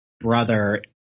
brother